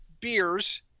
beers